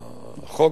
או תחיקת הביטחון,